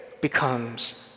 becomes